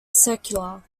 secular